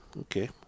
Okay